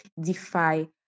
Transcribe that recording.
defy